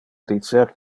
dicer